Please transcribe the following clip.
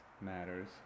matters